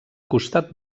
costat